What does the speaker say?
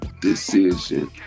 decision